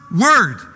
word